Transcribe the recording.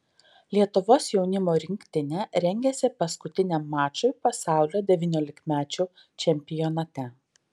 lietuvos jaunimo rinktinė rengiasi paskutiniam mačui pasaulio devyniolikmečių čempionate